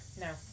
No